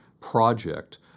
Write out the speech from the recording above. project